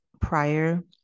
prior